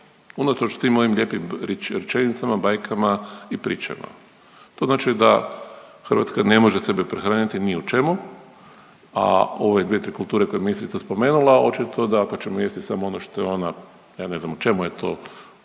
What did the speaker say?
unatoč tim mojim lijepim rečenicama, bajkama i pričama. To znači da Hrvatska ne može sebe prehraniti ni u čemu, a ove dvije, tri kulture koje je ministrica spomenula, očito da ako ćemo jesti samo ono što je ona ja ne znam o čemu je tu